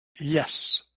Yes